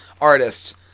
artists